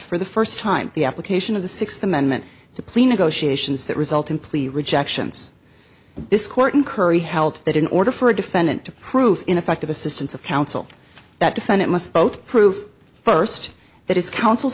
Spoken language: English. for the first time the application of the sixth amendment to plea negotiations that result in plea rejections this court in curry held that in order for a defendant to prove ineffective assistance of counsel that defendant must both prove first that is counsel's